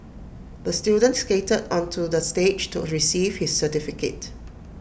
the student skated onto the stage to receive his certificate